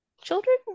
Children